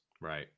right